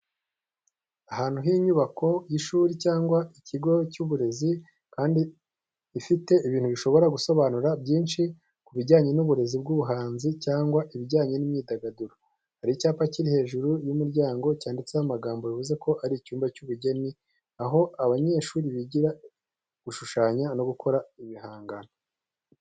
Ahantu h'inyubako y’ishuri cyangwa ikigo cy’uburezi kandi ifite ibintu bishobora gusobanura byinshi ku bijyanye n’uburezi bw’ubuhanzi cyangwa ibijyanye n’imyidagaduro. Hari icyapa kiri hejuru y'umuryango cyanditseho amagambo bivuze ko ari icyumba cy’ubugeni, aho abanyeshuri bigira gushushanya no gukora ibihangano.